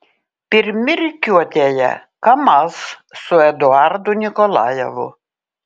pirmi rikiuotėje kamaz su eduardu nikolajevu